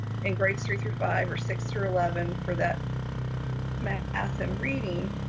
in grades three through five or six through eleven, for that math and reading